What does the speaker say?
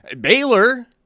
Baylor